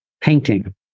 painting